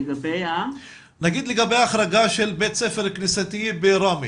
נגיד לגבי ההחרגה של בית ספר כנסייתי בראמה.